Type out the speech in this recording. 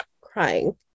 crying